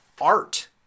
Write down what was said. art